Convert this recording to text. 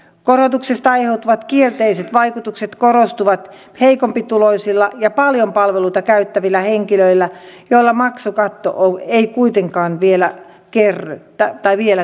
korotuksista aiheutuvat kielteiset vaikutukset korostuvat heikompituloisilla ja paljon palveluita käyttävillä henkilöillä joilla maksukatto ei kuitenkaan vielä täyty